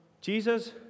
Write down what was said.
Jesus